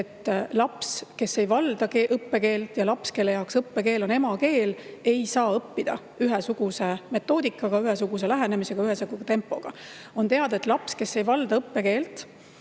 et laps, kes ei valda õppekeelt, ja laps, kelle jaoks õppekeel on emakeel, ei saa õppida ühesuguse metoodika ja lähenemisega, ühesuguse tempoga. On teada, et lapsel, kes ei valda õppekeelt,